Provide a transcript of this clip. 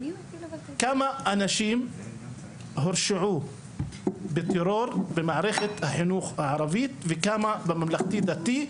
כמה אנשים הורשעו בטרור במערכת החינוך הערבית וכמה בממלכתי-דתי,